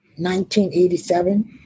1987